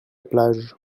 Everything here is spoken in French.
plage